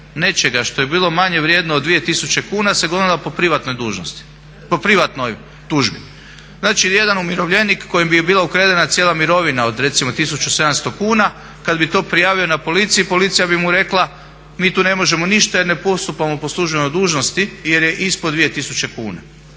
nečega što je bilo manje vrijedno od 2000 kuna se …/Govornik se ne razumije./… po privatnoj tužbi. Znači jedan umirovljenik kojem bi bila ukradena cijela mirovina od recimo 1700 kuna kada bi to prijavio na policiji, policija bi mu rekla mi tu ne možemo ništa jer ne postupamo po službenoj dužnosti jer je ispod 2000 kuna.